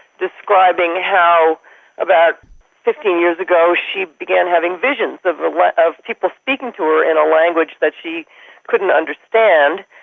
describing how about fifteen years ago she began having visions of ah of people speaking to her in a language that she couldn't understand,